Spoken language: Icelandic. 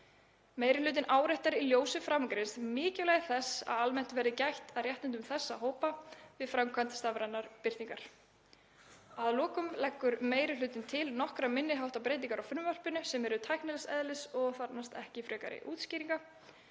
Meiri hlutinn áréttar í ljósi framangreinds mikilvægi þess að almennt verði gætt að réttindum þessara hópa við framkvæmd stafrænnar birtingar. Að lokum leggur meiri hlutinn til nokkrar minni háttar breytingar á frumvarpinu sem eru tæknilegs eðlis og þarfnast ekki frekari útskýringa.